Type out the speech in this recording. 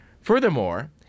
Furthermore